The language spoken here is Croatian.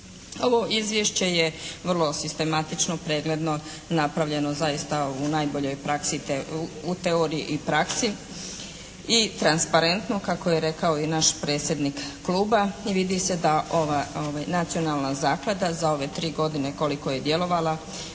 Ovo izvješće je vrlo sistematično, pregledno napravljeno zaista u najboljoj praksi te u teoriji i praksi i transparentno kako je rekao i naš predsjednik kluba i vidi se da nacionalna zaklada za ove 3 godine koliko je djelovala